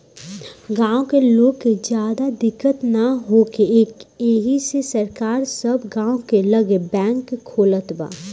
गाँव के लोग के ज्यादा दिक्कत ना होखे एही से सरकार सब गाँव के लगे बैंक खोलत बा